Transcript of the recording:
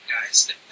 guys